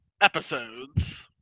episodes